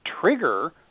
trigger